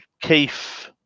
Keith